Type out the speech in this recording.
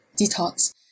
detox